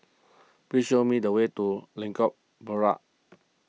please show me the way to Lengkok Merak